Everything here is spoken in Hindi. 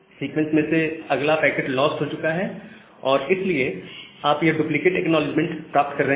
सीक्वेंस में से अगला पैकेट लॉस्ट हो चुका है और इसलिए आप यह डुप्लीकेट एक्नॉलेजमेंट प्राप्त कर रहे हैं